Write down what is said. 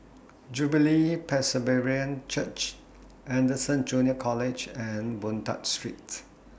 Jubilee Presbyterian Church Anderson Junior College and Boon Tat Streets